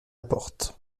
porte